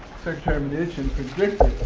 secretary mnuchin predicted